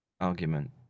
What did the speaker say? argument